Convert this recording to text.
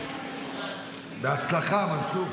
בהצלחה, מנסור.